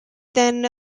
then